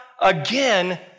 again